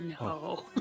No